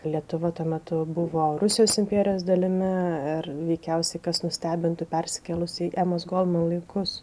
lietuva tuo metu buvo rusijos imperijos dalimi ar veikiausiai kas nustebintų persikėlus į emos goldman laikus